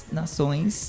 nações